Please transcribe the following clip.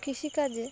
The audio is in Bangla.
কৃষিকাজে